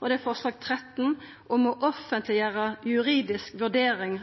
Så er det forslag nr. 13 om å offentleggjera juridisk vurdering